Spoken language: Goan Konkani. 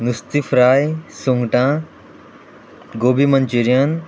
नुस्ती फ्राय सुंगटां गोबी मंचुरियन